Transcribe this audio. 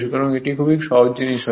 সুতরাং এটি খুব সহজ জিনিস হয়